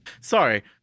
Sorry